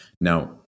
Now